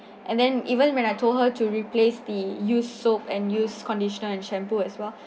and then even when I told her to replace the used soap and used conditioner and shampoo as well